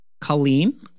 Colleen